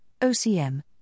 OCM